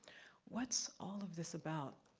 what's all of this about?